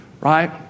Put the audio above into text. right